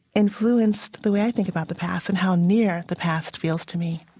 influenced the way i think about the past and how near the past feels to me